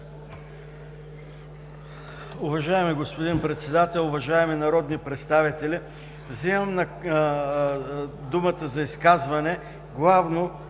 Уважаеми господин Председател, уважаеми народни представители! Вземам думата за изказване, главно